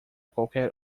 qualquer